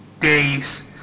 days